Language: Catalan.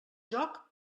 joc